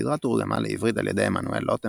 הסדרה תורגמה לעברית על ידי עמנואל לוטם